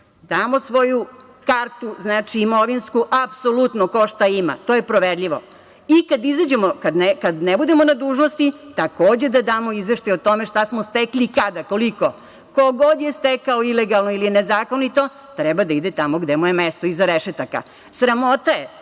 damo svoju kartu, znači imovinsku, apsolutno ko šta ima. To je proverljivo i kada izađemo, kada ne budemo na dužnosti takođe da damo izveštaj o tome šta smo stekli i kada, koliko? Ko god je stekao ilegalno ili nezakonito treba da ide tamo gde mu je mesto, iza rešetaka. Sramota je